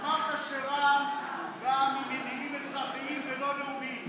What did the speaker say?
אמרת שרע"מ באה ממניעים אזרחיים ולא לאומיים.